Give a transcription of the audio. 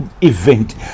event